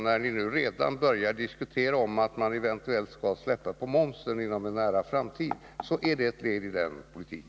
När ni nu redan har börjat diskutera att man inom en nära framtid eventuellt skall släppa på momsen är det ett led i denna politik.